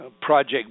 Project